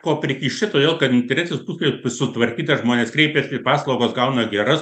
ko prikišt čia todėl kad internetinis puslapis sutvarkytas žmonės kreipiasi paslaugas gauna geras